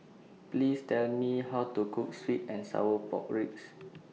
Please Tell Me How to Cook Sweet and Sour Pork Ribs